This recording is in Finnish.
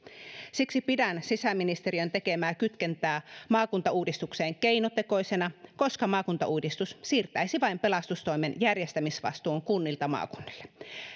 siksi pidän sisäministeriön tekemää kytkentää maakuntauudistukseen keinotekoisena koska maakuntauudistus siirtäisi vain pelastustoimen järjestämisvastuun kunnilta maakunnille